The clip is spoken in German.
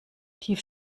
tief